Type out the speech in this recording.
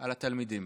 על התלמידים.